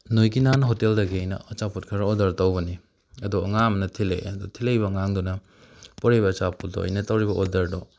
ꯅꯣꯏꯒꯤ ꯅꯍꯥꯟ ꯍꯣꯇꯦꯜꯗꯒꯤ ꯑꯩꯅ ꯑꯆꯥꯄꯣꯠ ꯈꯔ ꯑꯣꯗꯔ ꯇꯧꯕꯅꯦ ꯑꯗꯣ ꯑꯉꯥꯡ ꯑꯃꯅ ꯊꯤꯜꯂꯛꯑꯦ ꯑꯗꯨ ꯊꯤꯜꯂꯛꯏꯕ ꯑꯉꯥꯡꯗꯨꯅ ꯄꯣꯔꯛꯏꯕ ꯑꯆꯥꯄꯣꯠꯇꯣ ꯑꯩꯅ ꯇꯧꯔꯤꯕ ꯑꯣꯗꯔꯗꯣ